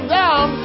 down